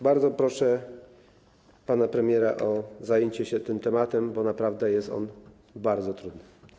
Bardzo proszę pana premiera o zajęcie się tym tematem, bo naprawdę jest on bardzo trudny.